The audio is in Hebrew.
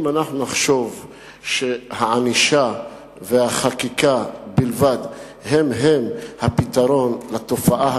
אם אנחנו נחשוב שהענישה והחקיקה בלבד הן הן הפתרון לתופעה הקשה,